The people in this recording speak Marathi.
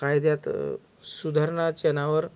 कायद्यात सुधारणाच्या नावावर